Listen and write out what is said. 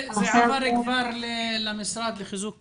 זה עבר למשרד לחיזוק קהילתי.